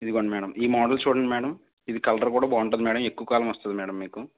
ఇదిగోండి మ్యాడం ఈ మోడల్ చూడండి మ్యాడం ఇది కలరు కూడా బాగుంటుంది మ్యాడం ఎక్కువ కాలం వస్తుంది మ్యాడం మీకు